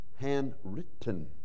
handwritten